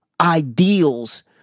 ideals